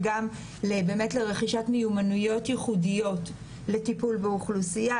לרכישת מיומנויות ייחודיות לטיפול באוכלוסייה,